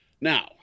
Now